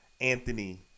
Anthony